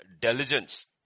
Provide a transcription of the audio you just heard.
diligence